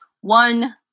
one